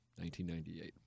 1998